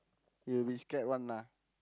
he'll be scared one lah